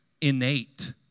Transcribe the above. innate